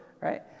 right